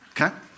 okay